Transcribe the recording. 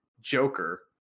Joker